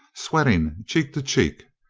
sweating, cheek to cheek.